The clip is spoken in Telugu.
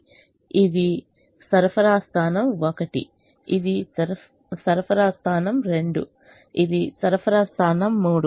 ఇది మూడు సరఫరా స్థానాలలో లభిస్తుంది ఇది సరఫరా స్థానం ఒకటి ఇది సరఫరా స్థానం రెండు ఇది సరఫరా స్థానం మూడు